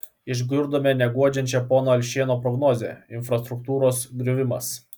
išgirdome neguodžiančią pono alšėno prognozę infrastruktūros griuvimas